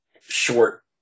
short